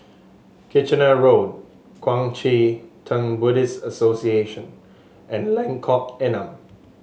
Kitchener Road Kuang Chee Tng Buddhist Association and Lengkong Enam